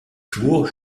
tours